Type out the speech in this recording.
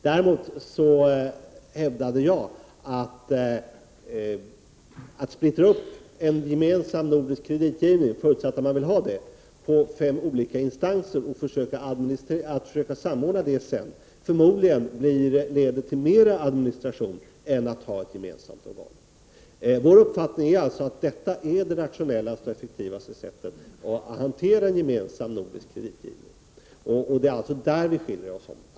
Däremot hävdade jag att en uppsplittring av en gemensam nordisk kreditgivning — förutsatt att man vill ha en sådan — på fem olika instanser, som man sedan skall försöka samordna, förmodligen leder till mer administration än ett gemensamt organ ger upphov till. Vår uppfattning är alltså att detta är det rationellaste och effektivaste sättet att hantera en gemensam nordisk kreditgivning. Det är där våra uppfattningar skiljer sig åt.